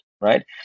Right